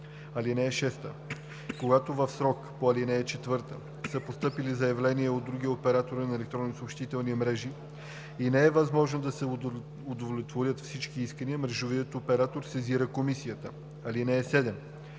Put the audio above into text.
срок. (6) Когато в срока по ал. 4 са постъпили заявления от други оператори на електронни съобщителни мрежи и не е възможно да се удовлетворят всички искания, мрежовият оператор сезира Комисията. (7)